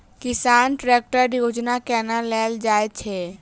किसान ट्रैकटर योजना केना लेल जाय छै?